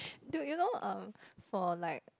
dude you know um for like